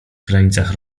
granicach